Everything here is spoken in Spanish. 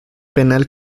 penal